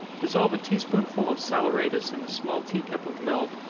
dissolve a tea-spoonful of saleratus in a small tea-cup of milk,